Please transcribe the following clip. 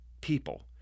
people